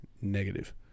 Negative